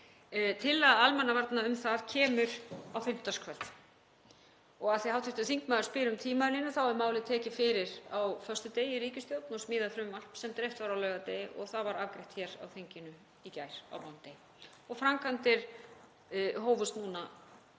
Tillaga almannavarna um það kemur á fimmtudagskvöld. Af því að hv. þingmaður spyr um tímalínu þá er málið tekið fyrir á föstudegi í ríkisstjórn og smíðað frumvarp sem dreift var á laugardegi og það var afgreitt hér á þinginu í gær á mánudegi